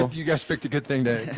ah you guys picked a good thing to,